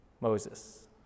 Moses